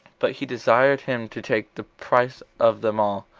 but he desired him to take the price of them all,